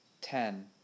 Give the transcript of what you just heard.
Ten